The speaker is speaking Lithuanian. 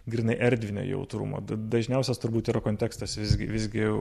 grynai erdvinę jautrumą dažniausias turbūt yra kontekstas visgi visgi